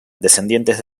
descendientes